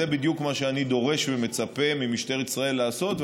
זה בדיוק מה שאני דורש ומצפה ממשטרת ישראל לעשות,